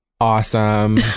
awesome